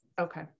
Okay